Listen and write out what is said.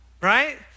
right